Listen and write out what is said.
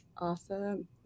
Awesome